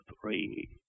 three